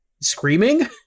screaming